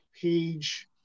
page